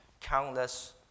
Countless